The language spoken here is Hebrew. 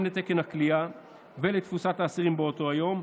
לתקן הכליאה ולתפוסת האסירים באותו יום,